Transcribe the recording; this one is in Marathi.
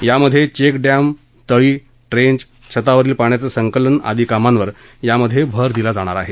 यामध्ये चेक डॅम तळे ट्रेंच छतावरील पाण्याचं संकलन आदी कामांवर यांत भर दिला जाणार आहे